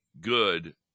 good